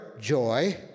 joy